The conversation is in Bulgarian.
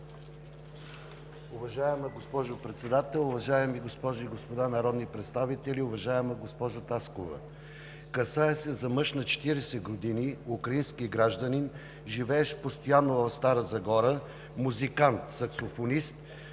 Уважаема госпожо Председател, уважаеми госпожи и господа народни представители, уважаема госпожо Таскова! Касае се за мъж на 40 години, украински гражданин, живеещ постоянно в Стара Загора, музикант, саксофонист,